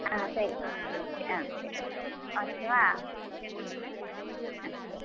ஆ சரிப்பா சரி ஓகே ஆ சரி வச்சுடவா ம் ஆ சரி